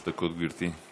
שלוש דקות, גברתי.